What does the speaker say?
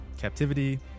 captivity